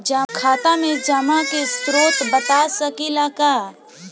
खाता में जमा के स्रोत बता सकी ला का?